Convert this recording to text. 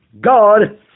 God